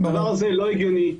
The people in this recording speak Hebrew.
הדבר הזה לא הגיוני,